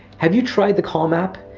have you tried the calm app?